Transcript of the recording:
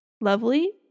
lovely